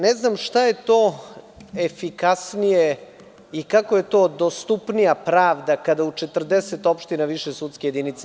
Ne znam šta je to efikasnije i kako je to dostupnija pravda kada u 40 opština nema više sudskih jedinica.